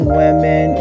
women